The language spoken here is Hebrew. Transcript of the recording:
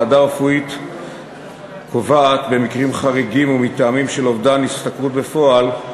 ועדה רפואית קובעת במקרים חריגים ומטעמים של אובדן השתכרות בפועל,